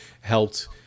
helped